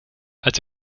als